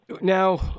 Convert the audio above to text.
Now